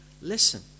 listen